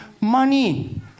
Money